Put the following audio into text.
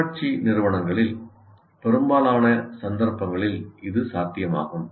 தன்னாட்சி நிறுவனங்களில் பெரும்பாலான சந்தர்ப்பங்களில் இது சாத்தியமாகும்